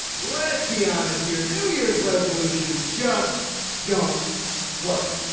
let's be honest here. new year's resolutions just don't work.